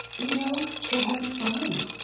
you know. it went fine.